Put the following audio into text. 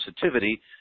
sensitivity